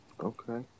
okay